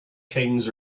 kings